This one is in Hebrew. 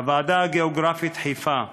הוועדה הגיאוגרפית חיפה,